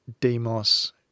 Demos